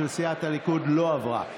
של סיעת הליכוד לא עברה.